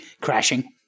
crashing